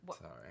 Sorry